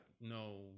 no –